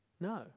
No